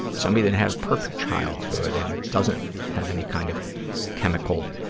somebody that had a perfect childhood and doesn't have any kind of chemical